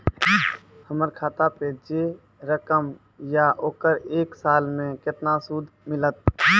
हमर खाता पे जे रकम या ओकर एक साल मे केतना सूद मिलत?